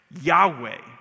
Yahweh